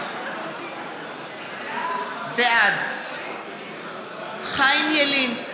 בעד חיים ילין,